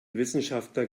wissenschaftler